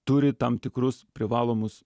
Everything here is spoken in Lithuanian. turi tam tikrus privalomus